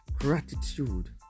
gratitude